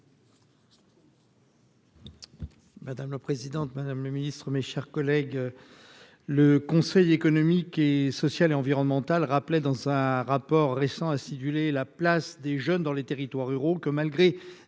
Madame la présidente, madame le Ministre, mes chers collègues, le Conseil économique et social et environnemental, rappelait dans un rapport récent acidulé, la place des jeunes dans les territoires ruraux que malgré